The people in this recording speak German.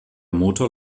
motor